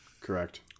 Correct